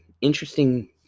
interesting